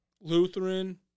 Lutheran